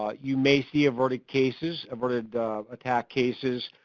ah you may see averted cases, averted attack cases,